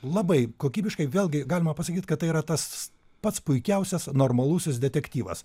labai kokybiška vėlgi galima pasakyti kad tai yra tas pats puikiausias normalusis detektyvas